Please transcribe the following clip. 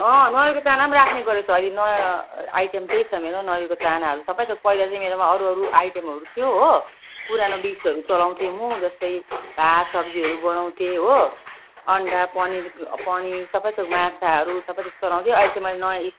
अँ नरियलको चाना पनि राख्ने गरेको छु अहिले नयाँ आइटम त्यही छ मेरो नरियलको चानाहरू सबैथोक पहिला चाहिँ मेरोमा अरू अरू आइटमहरू थियो हो पुरानो डिसहरू चलाउँथेँ म जस्तै भात सब्जीहरू बनाउँथेँ हो अन्डा पनिर पनिर सबैथोक माछाहरू सबै त्यस्तोहरू आउँथ्यो अहिले चाहिँ मैले नयाँ लिस्ट